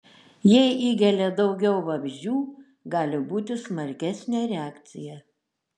jei įgelia daugiau vabzdžių gali būti smarkesnė reakcija